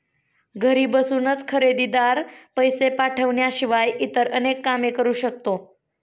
घरी बसूनच खरेदीदार, पैसे पाठवण्याशिवाय इतर अनेक काम करू शकतो